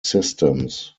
systems